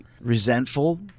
resentful